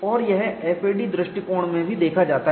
और यह FAD दृष्टिकोण में भी देखा जाता है